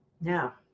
Now